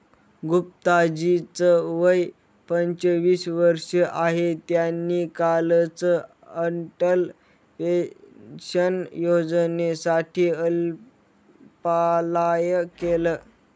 गुप्ता जी च वय पंचवीस वर्ष आहे, त्यांनी कालच अटल पेन्शन योजनेसाठी अप्लाय केलं